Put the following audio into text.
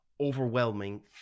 overwhelming